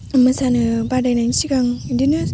मोसानो बादायनायनि सिगां बिदिनो